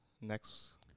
next